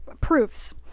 proofs